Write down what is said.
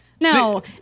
no